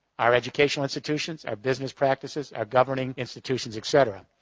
our educational institutions, our business practices, our governing institutions, et cetera.